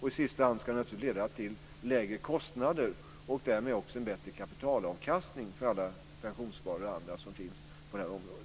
I sista hand ska det naturligtvis leda till lägre kostnader och därmed en bättre kapitalavkastning för pensionssparare och andra på området.